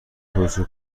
توصیه